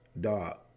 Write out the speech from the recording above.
Dog